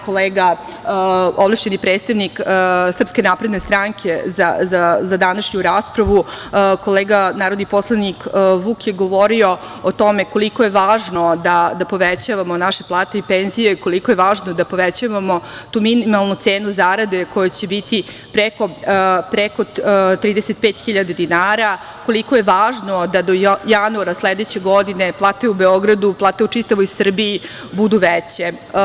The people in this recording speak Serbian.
Kolega ovlašćeni predstavnik SNS za današnju raspravu, kolega narodni poslanik Vuk je govorio o tome koliko je važno da povećavamo naše plate i penzije, koliko je važno da povećavamo tu minimalnu cenu zarade koja će biti preko 35.000 dinara, koliko je važno da do januara sledeće godine plate u Beogradu, plate u čitavoj Srbiji budu veće.